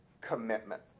commitment